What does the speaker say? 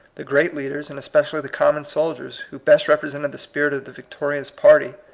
the great leaders, and especially the common soldiers, who best represented the spirit of the victo rious party,